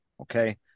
Okay